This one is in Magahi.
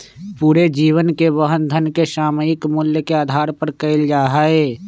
पूरे जीवन के वहन धन के सामयिक मूल्य के आधार पर कइल जा हई